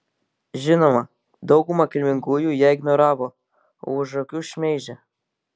žinoma dauguma kilmingųjų ją ignoravo o už akių šmeižė